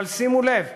אבל שימו לב,